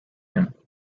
him